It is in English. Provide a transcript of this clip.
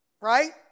Right